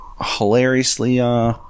hilariously